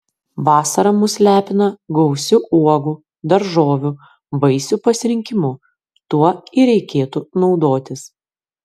vasara mus lepina gausiu uogų daržovių vaisių pasirinkimu tuo ir reikėtų naudotis